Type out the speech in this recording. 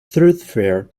thoroughfare